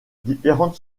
différentes